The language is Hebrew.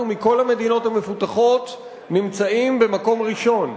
אנחנו, מכל המדינות המפותחות, נמצאים במקום ראשון.